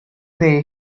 day